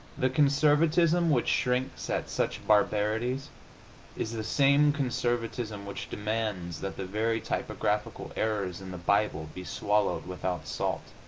the conservatism which shrinks at such barbarities is the same conservatism which demands that the very typographical errors in the bible be swallowed without salt,